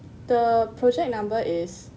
the project number is